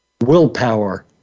willpower